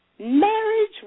Marriage